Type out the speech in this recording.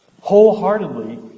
Wholeheartedly